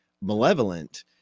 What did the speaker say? malevolent